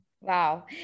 wow